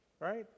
right